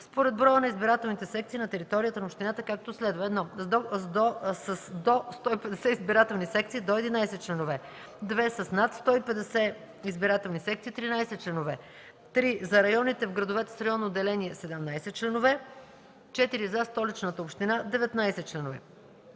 според броя на избирателните секции на територията на общината, както следва: 1. с до 150 избирателни секции - до 11 членове; 2. с над 150 избирателни секции - 13 членове; 3. за районите в градовете с районно деление - 17 членове; 4. за Столичната община – 19 членове.